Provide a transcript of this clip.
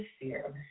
fear